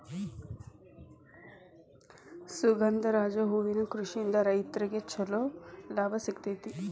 ಸುಗಂಧರಾಜ ಹೂವಿನ ಕೃಷಿಯಿಂದ ರೈತ್ರಗೆ ಚಂಲೋ ಲಾಭ ಸಿಗತೈತಿ